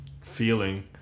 feeling